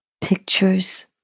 pictures